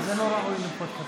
אתה לא תקרא לאף אישה פה תרנגולת.